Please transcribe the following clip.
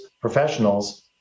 professionals